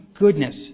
goodness